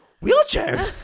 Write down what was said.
wheelchair